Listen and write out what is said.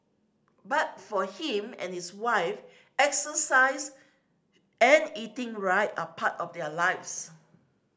but for him and his wife exercise and eating right are part of their lives